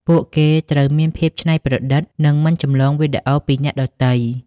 ពួកគេត្រូវមានភាពច្នៃប្រឌិតនិងមិនចម្លងវីដេអូពីអ្នកដទៃ។